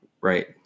Right